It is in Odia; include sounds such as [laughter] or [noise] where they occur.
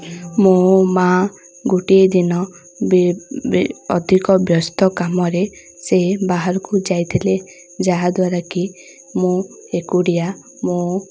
ମୋ ମାଆ ଗୋଟିଏ ଦିନ [unintelligible] ଅଧିକ ବ୍ୟସ୍ତ କାମରେ ସେ ବାହାରକୁ ଯାଇଥିଲେ ଯାହାଦ୍ୱାରା କି ମୁଁ ଏକୁଟିଆ ମୋ